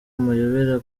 amayobera